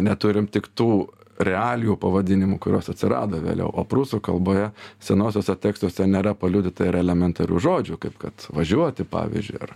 neturim tik tų realijų pavadinimų kurios atsirado vėliau o prūsų kalboje senuosiuose tekstuose nėra paliudyta ir elementarių žodžių kaip kad važiuoti pavyzdžiui ar